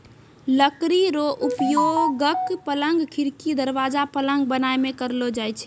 लकड़ी रो उपयोगक, पलंग, खिड़की, दरबाजा, पलंग बनाय मे करलो जाय छै